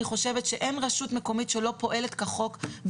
חושבת שאין רשות מקומית שלא פועלת כחוק.